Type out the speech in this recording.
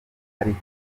ariko